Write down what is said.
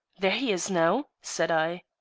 there he is now, said i.